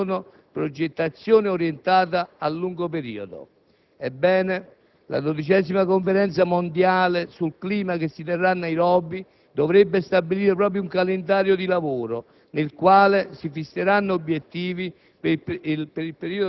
Perciò, è importante rispettare i traguardi di Kyoto, che sono progettazione orientata al lungo periodo. Ebbene, la XII Conferenza mondiale sul clima che si terrà a Nairobi dovrebbe stabilire proprio un calendario di lavoro,